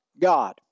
god